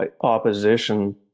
opposition